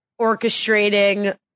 orchestrating